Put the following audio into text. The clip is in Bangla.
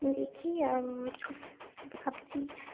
দেখি ভাবছি